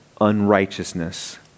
unrighteousness